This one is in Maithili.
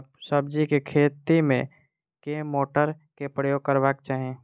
सब्जी केँ खेती मे केँ मोटर केँ प्रयोग करबाक चाहि?